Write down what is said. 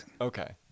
Okay